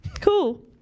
cool